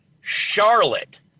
Charlotte